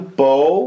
bow